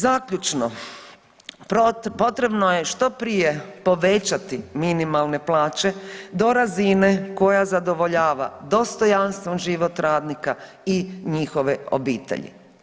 Zaključno, potrebno je što prije povećati minimalne plaće do razine koja zadovoljava dostojanstven život radnika i njihove obitelji.